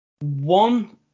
One